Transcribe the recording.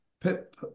Pip